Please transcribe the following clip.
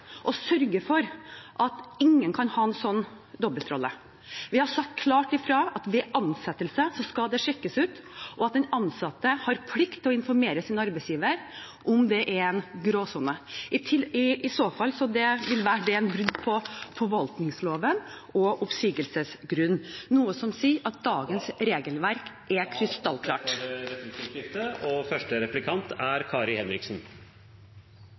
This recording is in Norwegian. sørge for at ingen kan ha en slik dobbeltrolle. Vi har sagt klart ifra om at ved ansettelse skal det sjekkes ut, og at den ansatte har plikt til å informere sin arbeidsgiver om det er en gråsone. I så fall vil det være brudd på forvaltningsloven og oppsigelsesgrunn, noe som sier at dagens regelverk er krystallklart. Det blir replikkordskifte. Jeg har lyst å si til statsråden at jeg er